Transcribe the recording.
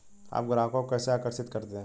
आप ग्राहकों को कैसे आकर्षित करते हैं?